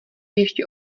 ještě